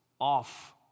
off